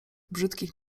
brzydkich